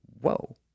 whoa